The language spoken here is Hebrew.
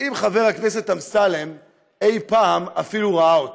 אם חבר הכנסת אמסלם אי-פעם אפילו ראה אותו.